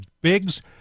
Biggs